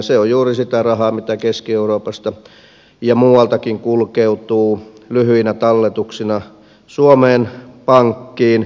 se on juuri sitä rahaa mitä keski euroopasta ja muualtakin kulkeutuu lyhyinä talletuksina suomen pankkiin